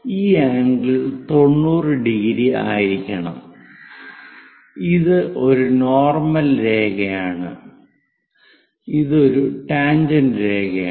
ഈ ആംഗിൾ 90⁰ ആയിരിക്കണം ഇത് ഒരു നോർമൽ രേഖയാണ് ഇത് ഒരു ടാൻജെന്റ് രേഖയാണ്